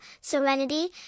serenity